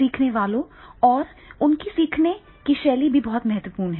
सीखने वालों और उनकी सीखने की शैली भी बहुत महत्वपूर्ण है